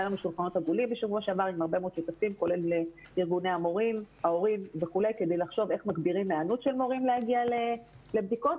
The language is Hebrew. בשבוע שעבר חשבנו איך להגביר היענות של מורים להגיע לבדיקות,